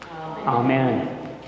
Amen